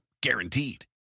Guaranteed